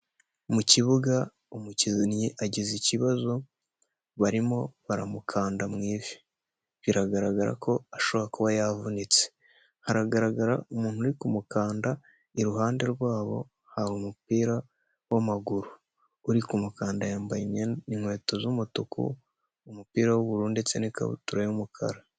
Mu kibuga umukinnyi agize ikibazo, barimo baramukanda mu ivi, biragaragara ko ashobora kuba yavunitse, haragaragara umuntu uri kumukanda, iruhande rwabo hari umupira w'amaguru, uri kumukanda yambaye inkweto z'umutuku, umupira w'ubururu ndetse n'ikabutura y'umukara.